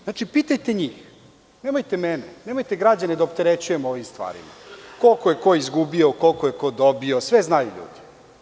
Znači, pitajte njih, nemojte mene, nemojte građane da opterećujemo ovim stvarima koliko je ko izgubio, koliko je ko dobio, sve znaju ljudi.